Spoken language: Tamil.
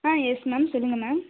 ஆ யெஸ் மேம் சொல்லுங்கள் மேம்